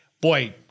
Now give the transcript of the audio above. boy